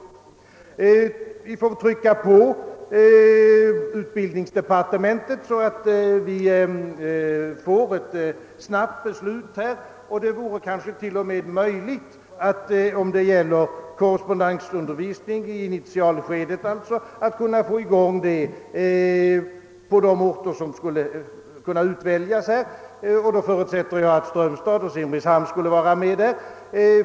Vi får väl trycka på hos utbildningsdepartementet så att vi får ett snabbt beslut om denna sak. Det vore kanske t.o.m. möjligt att till höstterminen få i gång korrespondensundervisningen i initialskedet på de orter som skulle kunna utväljas för detta ändamål — och därvid förutsätter jag att Strömstad och Simrishamn skulle komma i fråga.